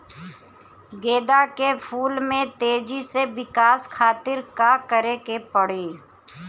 गेंदा के फूल में तेजी से विकास खातिर का करे के पड़ी?